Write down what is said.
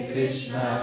Krishna